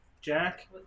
Jack